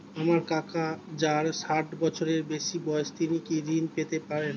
আমার কাকা যার ষাঠ বছরের বেশি বয়স তিনি কি ঋন পেতে পারেন?